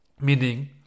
Meaning